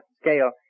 scale